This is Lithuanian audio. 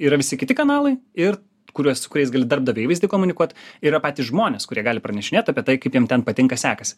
yra visi kiti kanalai ir kuriuos su kuriais gali darbdavio įvaizdį komunikuot yra patys žmonės kurie gali pranešinėt apie tai kaip jiems ten patinka sekas